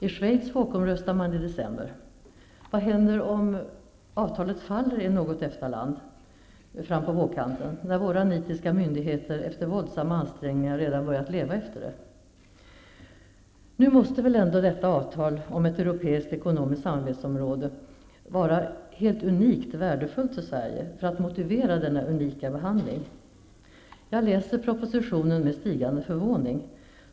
I Schweiz folkomröstar man i december. Vad händer om avtalet faller i något EFTA-land fram på vårkanten, när våra nitiska myndigheter efter våldsamma ansträngningar redan börjat leva efter det? Nu måste väl ändå detta avtal om ett europeiskt ekonomiskt samarbetsområde vara unikt värdefullt för Sverige, för att motivera denna unika behandling? Jag läser propositionen med stigande förvåning.